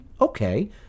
okay